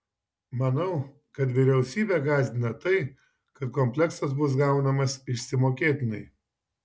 manau kad vyriausybę gąsdina tai kad kompleksas bus gaunamas išsimokėtinai